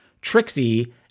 Trixie